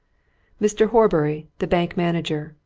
mr. horbury, the bank manager,